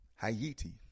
Haiti